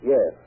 Yes